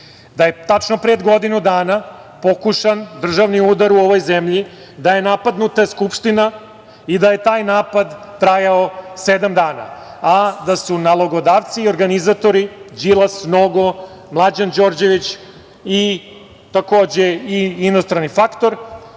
da je tačno pre godinu dana pokušan državni udar u ovoj zemlji, da je napadnuta Skupština i da je taj napad trajao sedam dana, a da su nalogodavci i organizatori Đilas, Nogo, Mlađan Đorđević i takođe i inostrani faktor.